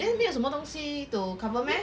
then 没有什么东西 to cover meh